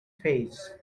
face